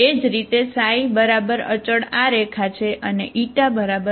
એ જ રીતે અચળ આ રેખા છે બરાબર